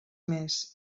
més